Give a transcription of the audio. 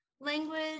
language